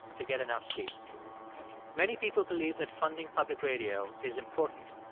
to get enough sleep many people believe that funding public radio is important,